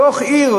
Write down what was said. בתוך עיר,